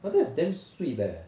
but that's damn sweet leh